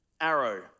arrow